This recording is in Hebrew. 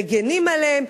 מגינים עליהם,